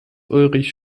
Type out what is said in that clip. ulrich